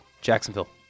Jacksonville